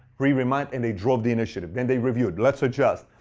re-remind and they drove the initiative. and they reviewed. let's adjust.